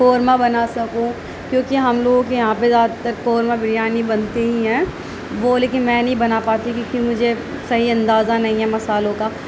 قورمہ بنا سکوں کیونکہ ہم لوگ یہاں پہ زیادہ تر قورمہ بریانی بنتے ہی ہیں وہ لیکن میں نہیں بنا پاتی کیونکہ مجھے صحیح اندازہ نہیں ہے مسالوں کا